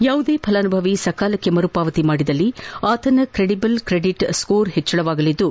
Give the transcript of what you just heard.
ಯಾವುದೇ ಫಲಾನುಭವಿ ಸಕಾಲಕ್ಕೆ ಮರುಪಾವತಿ ಮಾಡಿದಲ್ಲಿ ಆತನ ಕೆಡಿಬಲ್ ಕ್ರೆಡಿಟ್ ಸ್ಕೋರ್ ಪೆಜ್ವಳವಾಗಲಿದ್ದು